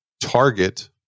target